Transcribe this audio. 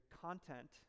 content